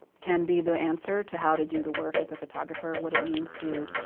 can be the answer to how to do the work as a photographer what it means to,